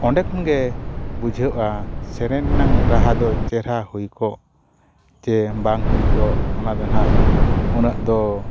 ᱚᱸᱰᱮ ᱠᱷᱚᱱ ᱜᱮ ᱵᱩᱡᱷᱟᱹᱣᱜᱼᱟ ᱥᱮᱨᱮᱧ ᱨᱮᱱᱟᱜ ᱨᱟᱦᱟ ᱫᱚ ᱪᱮᱦᱨᱟ ᱦᱩᱭ ᱠᱚᱜ ᱪᱮ ᱵᱟᱝ ᱦᱩᱭ ᱠᱚᱜ ᱚᱱᱟ ᱫᱚ ᱱᱟᱦᱟᱜ ᱩᱱᱟᱹᱜ ᱫᱚ